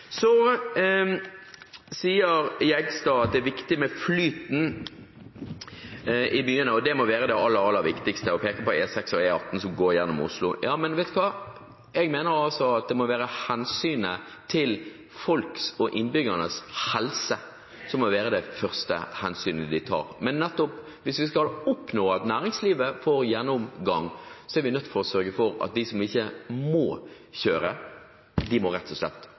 Så sier Jegstad at flyten i byene må være det aller, aller viktigste, og peker på E6 og E18, som går gjennom Oslo. Jeg mener at folks, innbyggernes, helse må være det første vi tar hensyn til. Hvis vi skal oppnå at næringslivet får kjøre igjennom, er vi nødt til å sørge for at de som ikke må kjøre, rett og slett må holde seg unna av hensyn til folks helse. Flere har ikke bedt om ordet til sak nr. 4. Etter ønske fra arbeids- og